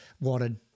wanted